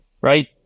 right